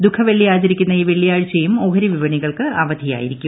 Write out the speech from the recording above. ദുഖവെള്ളി ആചരിക്കുന്ന ഈ വെള്ളിയാഴ്ചയും ഓഹരി വിപണികൾക്ക് അവധി ആയിരിക്കും